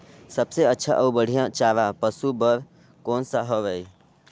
सबले अच्छा अउ बढ़िया चारा पशु बर कोन सा हवय?